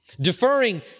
deferring